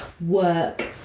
work